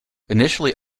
initially